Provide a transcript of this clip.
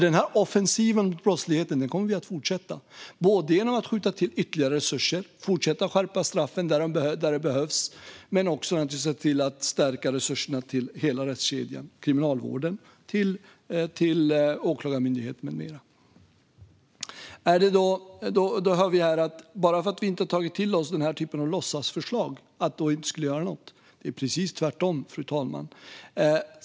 Den här offensiven mot brottsligheten kommer vi att fortsätta med, både genom att skjuta till ytterligare resurser och genom att fortsätta att skärpa straffen där det behövs, men naturligtvis också genom att stärka resurserna till hela rättskedjan - till Kriminalvården, till Åklagarmyndigheten med mera. Nu hör vi här att vi bara för att vi inte har tagit till oss den här typen av låtsasförslag inte skulle göra något. Det är precis tvärtom, fru talman.